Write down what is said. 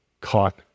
caught